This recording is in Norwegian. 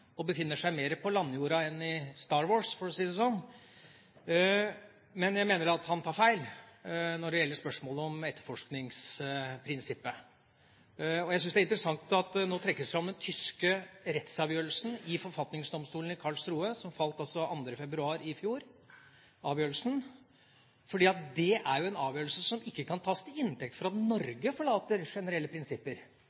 og befinner seg mer på landjorda enn i Star Wars, for å si det sånn – at jeg mener han tar feil når det gjelder spørsmålet om etterforskningsprinsippet. Jeg syns det er interessant at den tyske rettsavgjørelsen i forfatningsdomstolen i Karlsruhe, som falt 2. februar i fjor, nå trekkes fram. Det er jo en avgjørelse som ikke kan tas til inntekt for at